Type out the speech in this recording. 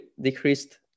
decreased